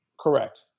Correct